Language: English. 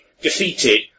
defeated